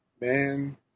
Man